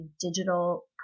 digital